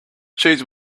cheese